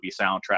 soundtrack